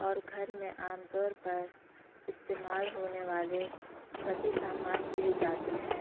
اور گھر میں عام طور پر استعمال ہونے والے سبھی سامان دیے جاتے ہیں